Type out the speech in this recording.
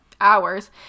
hours